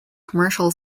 commercial